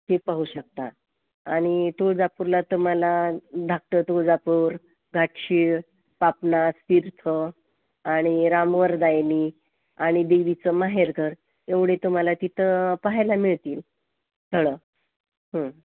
ते पाहू शकता आणि तुळजापूरला तुम्हाला धाकटं तुळजापुर घाटशीळ पापना तीर्थ आणि रामवरदायनी आणि देवीचं माहेरघर एवढे तुम्हाला तिथं पहायला मिळतील स्थळं